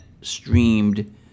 streamed